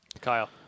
Kyle